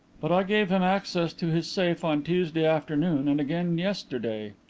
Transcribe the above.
but i gave him access to his safe on tuesday afternoon and again yesterday.